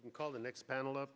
you can call the next panel